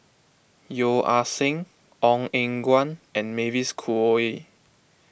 Yeo Ah Seng Ong Eng Guan and Mavis Khoo Oei